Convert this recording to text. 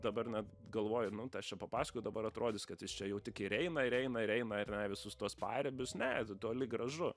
dabar net galvoju nu tai aš čia papasakojau dabar atrodys kad jis čia jau tik ir eina ir eina ir eina ar ne į visus tuos paribius ne tai toli gražu